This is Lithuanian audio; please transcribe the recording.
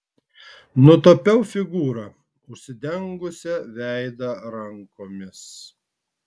nutapiau figūrą užsidengusią veidą rankomis